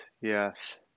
Yes